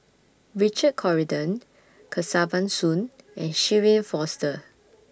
Richard Corridon Kesavan Soon and Shirin Fozdar